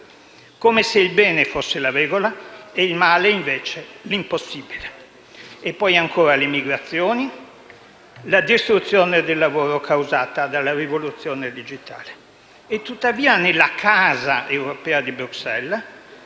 Come se il bene fosse la regola ed il male invece l'impossibile. E poi ancora le migrazioni e la distruzione del lavoro causate dalla rivoluzione digitale.